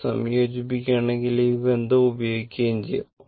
ഇത് സംയോജിപ്പിക്കുകയാണെങ്കിൽ ഈ ബന്ധം ഉപയോഗിക്കുകയും ചെയ്യും